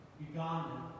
Uganda